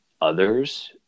others